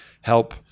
help